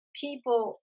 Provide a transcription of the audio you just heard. people